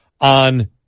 on